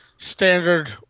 Standard